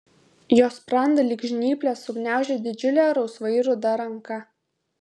jo sprandą lyg žnyplės sugniaužė didžiulė rausvai ruda ranka